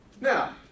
Now